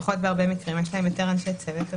לפחות בהרבה מקרים, יש להם יותר אנשי צוות.